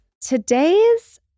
Today's